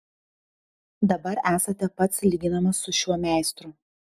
dabar esate pats lyginamas su šiuo meistru